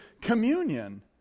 communion